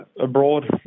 abroad